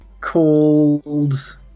called